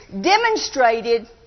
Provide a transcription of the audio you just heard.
demonstrated